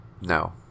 no